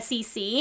SEC